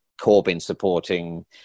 Corbyn-supporting